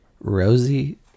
Rosie